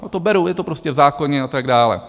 To beru, je to prostě v zákoně a tak dále.